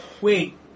wait